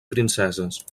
princeses